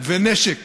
ונשק